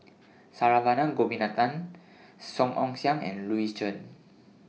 Saravanan Gopinathan Song Ong Siang and Louis Chen